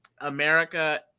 America